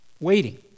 waiting